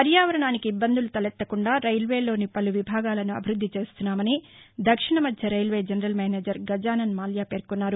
పర్యావరణానికి ఇబ్బందులు తలెత్తకుండా రైల్వేలోని పలు విభాగాలను అభివృద్ది చేస్తున్నామని దక్షిణ మధ్య railway general manager Gajanan Mallya పేర్కొన్నారు